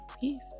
peace